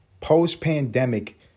Post-pandemic